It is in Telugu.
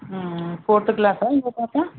ఫోర్త్ క్లాసా ఇంకో పాప